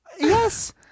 Yes